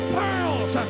pearls